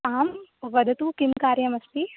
आम् वदतु किं कार्यम् अस्ति